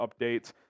updates